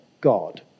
God